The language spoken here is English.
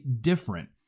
different